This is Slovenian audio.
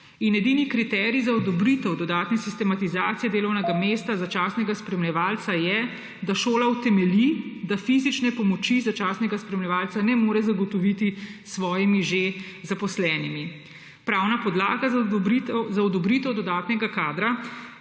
Edini kriterij za odobritev dodatne sistemizacije delovnega mesta začasnega spremljevalca je, da šola utemelji, da fizične pomoči začasnega spremljevalca ne more zagotoviti s svojimi že zaposlenimi. Pravna podlaga za odobritev dodatnega kadra